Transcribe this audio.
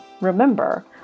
remember